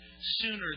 sooner